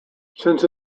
since